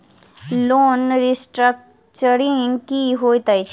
Loan restructuring की होइत अछि?